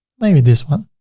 maybe this one.